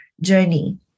journey